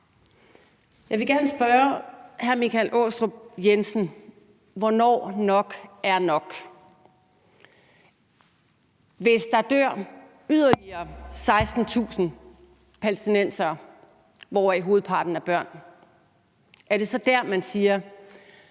Jeg vil gerne spørge hr. Michael Aastrup Jensen, hvornår nok er nok. Hvis der dør yderligere 16.000 palæstinensere, hvoraf hovedparten er børn, er det så der, man siger: